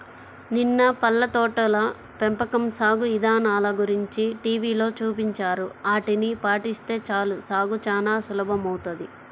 నిన్న పళ్ళ తోటల పెంపకం సాగు ఇదానల గురించి టీవీలో చూపించారు, ఆటిని పాటిస్తే చాలు సాగు చానా సులభమౌతది